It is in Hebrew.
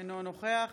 אינו נוכח